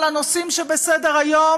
על הנושאים שבסדר-היום,